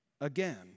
again